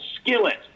skillet